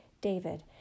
David